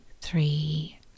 three